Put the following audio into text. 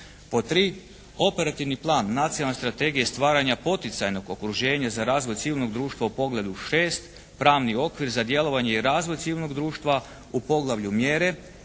Pod tri, operativni plan nacionalne strategije stvaranja poticajnog okruženja za razvoj civilnog društva u poglavlju 6. pravni okvir za djelovanje i razvoj civilnog društva u poglavlju Mjere